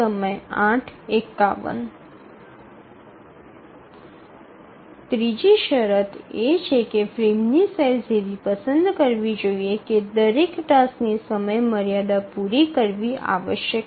ત્રીજી શરત એ છે કે ફ્રેમની સાઇઝ એવી પસંદ કરવી જોઈએ કે દરેક ટાસ્કની સમયમર્યાદા પૂરી કરવી આવશ્યક છે